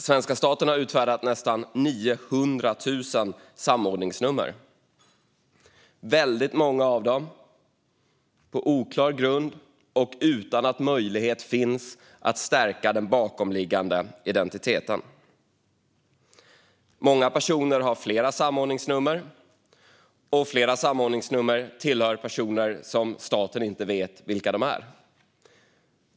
Svenska staten har utfärdat nästan 900 000 samordningsnummer - många av dessa på oklar grund och utan att möjlighet finns att stärka den bakomliggande identiteten. Många personer har flera samordningsnummer, och flera samordningsnummer tillhör personer som staten inte vet vilka de är.